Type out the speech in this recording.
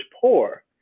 poor